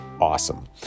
awesome